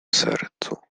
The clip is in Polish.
sercu